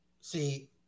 See